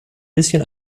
bisschen